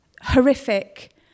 Horrific